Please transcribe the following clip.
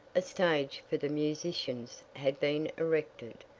a stage for the musicians had been erected.